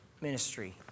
Ministry